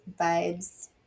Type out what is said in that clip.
vibes